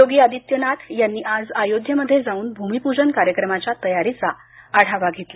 योगी आदित्यनाथ यांनी आज आयोध्येमध्ये जाऊन भूमिपूजन कार्यक्रमाच्या तयारीचा आढावा घेतला